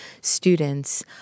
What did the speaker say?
students